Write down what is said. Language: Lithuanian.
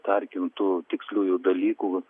tarkim tų tiksliųjų dalykų